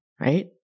right